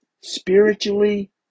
spiritually